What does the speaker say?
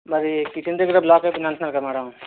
మరి కిచెన్ దగ్గర బ్లాక్ అవుతుంది అంటున్నారుగా మ్యాడమ్